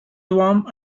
warm